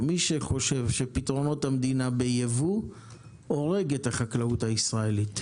מי שחושב שפתרונות המדינה בייבוא הורג את החקלאות הישראלית,